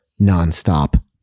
nonstop